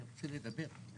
אני רוצה לדבר.